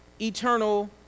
eternal